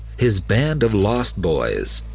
his band of lost boys,